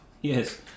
Yes